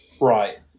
Right